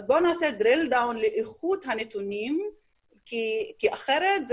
אז בואו נעשה drill down לאיכות הנתונים כי אחרת זה